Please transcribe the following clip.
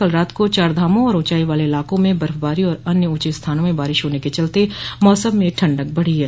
कल रात को चारधामों और ऊंचाई वाले इलाकों में बर्फबारी और अन्य ऊंचे स्थानों में बारिश होने के चलते मौसम में ठण्डक बढ़ी है